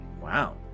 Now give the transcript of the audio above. Wow